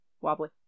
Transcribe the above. wobbly